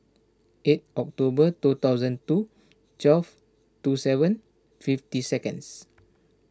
eight October two thousand two twelve two seven fifty seconds